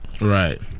Right